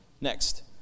Next